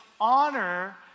honor